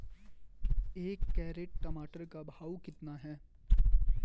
एक कैरेट टमाटर का भाव कितना है?